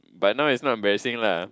but now it's not embarrassing lah